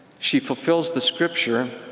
she fulfills the scripture,